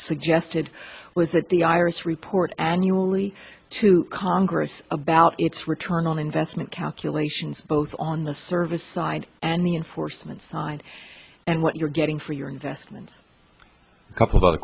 suggested was that the iris report annually to congress about its return on investment calculations both on the service side and the enforcement side and what you're getting for your investment a couple of other